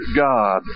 God